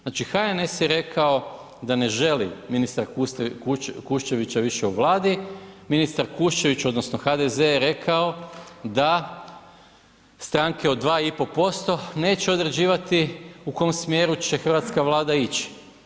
Znači HNS je rekao da ne želi Kuščevića više u Vladi, ministar Kuščević, odnosno HDZ je rekao da stranke od 2,5% neće određivati u kom smjeru će hrvatska Vlada ići.